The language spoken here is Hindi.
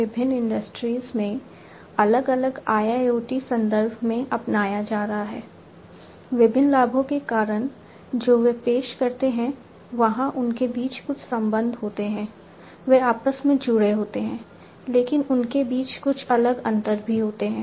विभिन्न लाभों के कारण जो वे पेश करते हैं वहां उनके बीच कुछ संबंध होते हैं वे आपस में जुड़े होते हैं लेकिन उनके बीच कुछ अलग अंतर भी होते हैं